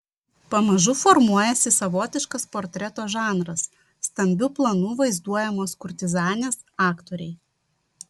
pamažu formuojasi savotiškas portreto žanras stambiu planu vaizduojamos kurtizanės aktoriai